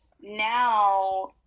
now